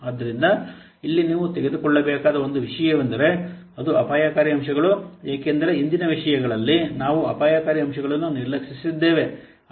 ಆದ್ದರಿಂದ ಇಲ್ಲಿ ನೀವು ತೆಗೆದುಕೊಳ್ಳಬೇಕಾದ ಒಂದು ವಿಷಯವೆಂದರೆ ಅದು ಅಪಾಯಕಾರಿ ಅಂಶಗಳು ಏಕೆಂದರೆ ಹಿಂದಿನ ವಿಷಯಗಳಲ್ಲಿ ನಾವು ಅಪಾಯಕಾರಿ ಅಂಶಗಳನ್ನು ನಿರ್ಲಕ್ಷಿಸಿದ್ದೇವೆ